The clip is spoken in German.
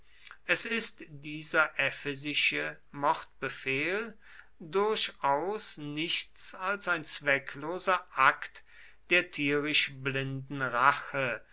es ist dieser ephesische mordbefehl durchaus nichts als ein zweckloser akt der tierisch blinden rache